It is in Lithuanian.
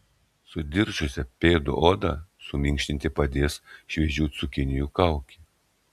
sudiržusią pėdų odą suminkštinti padės šviežių cukinijų kaukė